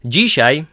Dzisiaj